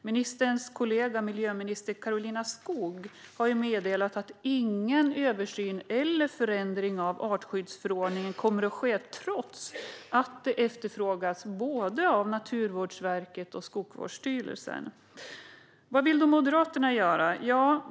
Ministerns kollega, miljöminister Karolina Skog, har meddelat att ingen översyn eller förändring av artskyddsförordningen kommer att ske, trots att detta efterfrågas både av Naturvårdsverket och av Skogsstyrelsen. Vad vill då Moderaterna göra?